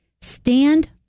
Stand